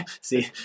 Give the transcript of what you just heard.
see